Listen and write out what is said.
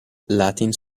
latin